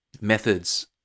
methods